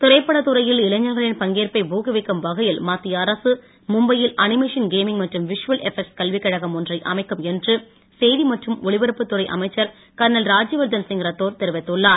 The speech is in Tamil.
திரைப்படத் துறையில் இளைஞர்களின் பங்கேற்பை ஊக்குவிக்கும் வகையில் மத்திய அரசு மும்பை யில் அனிமேஷன் கேமிங் மற்றும் விஷுவல் எபெக்ட்ஸ் கல்விக் கழகம் ஒன்றை அமைக்கும் என்று செய்தி மற்றும் ஒலிபரப்புத் துறை அமைச்சர் கர்னல் ராஜ்யவர்தன் சிங் ரத்தோர் தெரிவித்துள்ளார்